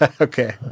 Okay